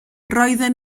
roedden